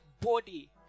body